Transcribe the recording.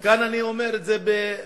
וכאן אני אומר את זה בצורה,